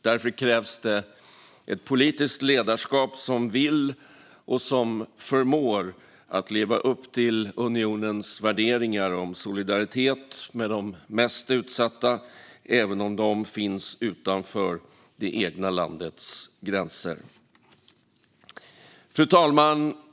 Därför krävs det ett politiskt ledarskap som vill och förmår leva upp till unionens värderingar om solidaritet med de mest utsatta, även om de finns utanför det egna landets gränser. Fru talman!